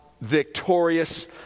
victorious